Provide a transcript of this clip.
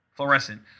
fluorescent